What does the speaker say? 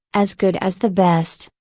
as good as the best,